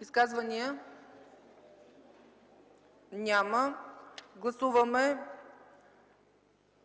Изказвания? Няма. Гласуваме